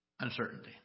uncertainty